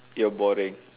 you're boring